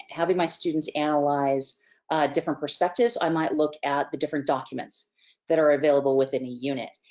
having my students analyze different perspectives i might look at the different documents that are available within a unit.